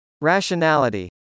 Rationality